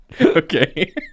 Okay